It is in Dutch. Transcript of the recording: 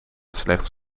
slechts